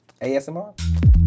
ASMR